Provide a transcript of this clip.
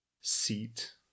seat